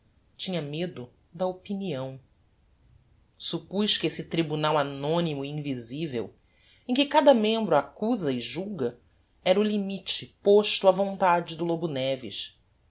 tinha medo da opinião suppuz que esse tribunal anonymo e invisivel em que cada membro accusa e julga era o limite posto á vontade do lobo neves